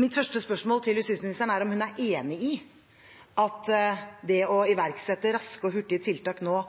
Mitt første spørsmål til justisministeren er om hun er enig i at det å iverksette raske og hurtige tiltak nå